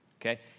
okay